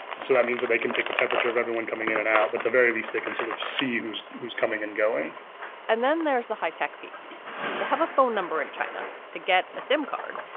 so that means that they can take the temperature of everyone coming in and out. but the very least, they can sort of see who's who's coming and going and then there's the high tech piece to have a phone number in china to get a sim card.